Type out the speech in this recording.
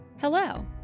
Hello